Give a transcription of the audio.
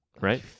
right